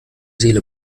seele